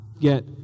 get